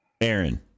Aaron